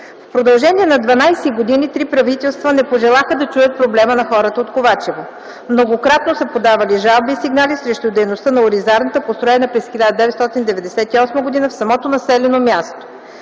В продължение на 12 години три правителства не пожелаха да чуят проблема на хората от Ковачево. Многократно са подавали жалби и сигнали срещу дейността на оризарната, построена през 1998 г. в самото населено място.